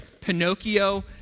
Pinocchio